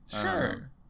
Sure